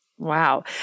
Wow